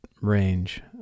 range